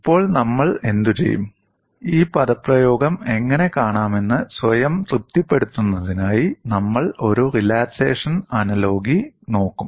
ഇപ്പോൾ നമ്മൾ എന്തുചെയ്യും ഈ പദപ്രയോഗം എങ്ങനെ കാണാമെന്ന് സ്വയം തൃപ്തിപ്പെടുത്തുന്നതിനായി നമ്മൾ ഒരു റിലാക്സേഷൻ അനലോഗി നോക്കും